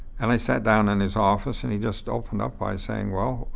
and i sat down in his office, and he just opened up by saying, well,